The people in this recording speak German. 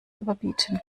überbieten